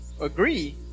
agree